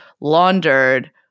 laundered